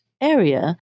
area